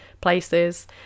places